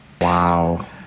Wow